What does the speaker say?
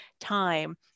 time